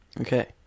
Okay